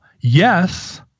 yes